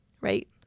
right